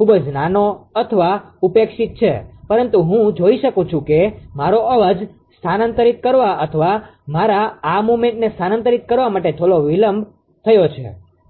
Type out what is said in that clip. ખૂબ જ નાનો અથવા ઉપેક્ષિત છે પરંતુ હું જોઈ શકું છું કે મારો અવાજ સ્થાનાંતરિત કરવા અથવા મારા આ મુવમેન્ટને સ્થાનાંતરિત કરવા માટે થોડો વિલંબ થયો છે